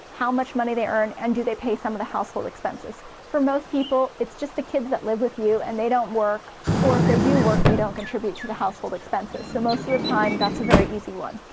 how much money they earn, and do they pay some of the household expenses. for most people, it's just the kids that live with you and they don't work or if they do work, they don't contribute to the household expenses, so most of the time that's a very easy one.